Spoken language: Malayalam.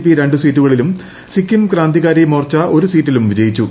പി രണ്ട് സീറ്റുകളിലും സിക്കിം ക്രാന്തികാരി മോർച്ച ഒരു സീറ്റിലും വിജയിച്ചു